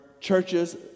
churches